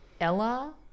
Ella